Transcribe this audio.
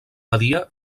badia